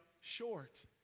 short